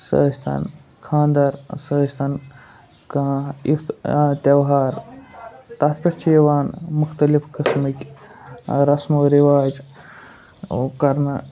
سُہ ٲسۍ تن خاندر سُہ ٲسۍ تن کانہہ یُتھ تیٚہوار تَتھ پٮ۪ٹھ چھُ یِوان مُختٔلِف قٕسمٕکۍ رَسمو رِواج کرنہٕ